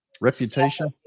Reputation